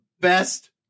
best